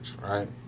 right